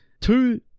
Two